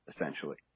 essentially